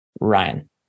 Ryan